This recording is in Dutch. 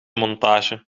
montage